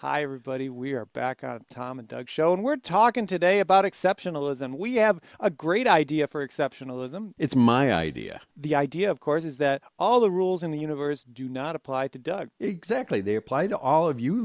hi everybody we are back out tom and doug schoen we're talking today about exceptionalism we have a great idea for exceptionalism it's my idea the idea of course is that all the rules in the universe do not apply to doug exactly they apply to all of you